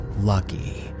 lucky